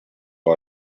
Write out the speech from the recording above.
who